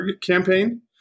campaign